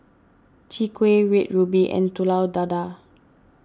Chwee Kueh Red Ruby and Telur Dadah